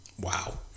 Wow